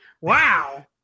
Wow